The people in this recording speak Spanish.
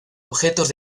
objetos